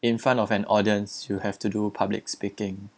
in front of an audience you have to do public speaking